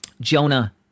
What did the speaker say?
Jonah